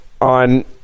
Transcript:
on